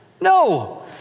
No